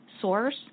source